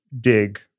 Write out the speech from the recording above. dig